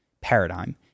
paradigm